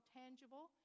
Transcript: tangible